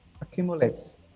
accumulates